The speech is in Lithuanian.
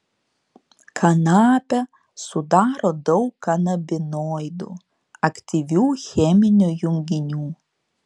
kanapę sudaro daug kanabinoidų aktyvių cheminių junginių